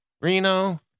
Reno